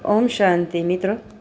ઓમ શાંતિ મિત્રો